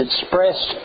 expressed